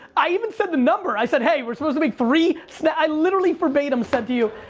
i even said the number, i said, hey, we're supposed to make three snap, i literally verbatim said to you.